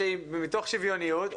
מתוך שוויוניות,